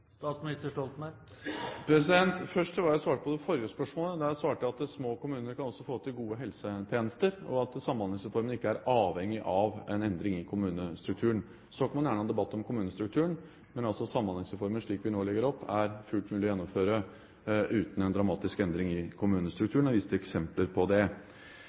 Først til hva jeg svarte på det forrige spørsmålet. Jeg svarte at små kommuner kan også få til gode helsetjenester, og at Samhandlingsreformen ikke er avhengig av en endring i kommunestrukturen. Så kan man gjerne ha en debatt om kommunestrukturen, men Samhandlingsreformen, slik vi nå legger den opp, er fullt mulig å gjennomføre uten en dramatisk endring i kommunestrukturen, og jeg viste til eksempler på det.